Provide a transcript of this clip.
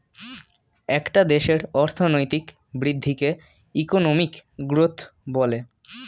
একটা দেশের অর্থনৈতিক বৃদ্ধিকে ইকোনমিক গ্রোথ বলে